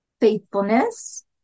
faithfulness